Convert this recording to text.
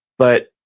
but,